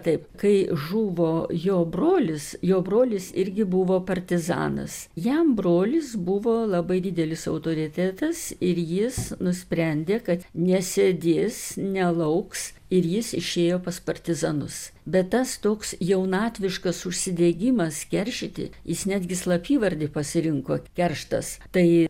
taip kai žuvo jo brolis jo brolis irgi buvo partizanas jam brolis buvo labai didelis autoritetas ir jis nusprendė kad nesėdės nelauks ir jis išėjo pas partizanus bet tas toks jaunatviškas užsidegimas keršyti jis netgi slapyvardį pasirinko kerštas tai